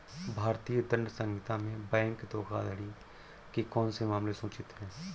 भारतीय दंड संहिता में बैंक धोखाधड़ी के कौन से मामले सूचित हैं?